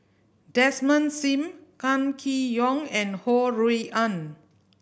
Desmond Sim Kam Kee Yong and Ho Rui An